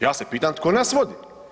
Ja se pitam tko nas vodi?